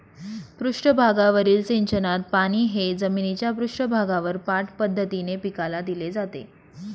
पृष्ठभागावरील सिंचनात पाणी हे जमिनीच्या पृष्ठभागावर पाठ पद्धतीने पिकाला दिले जाते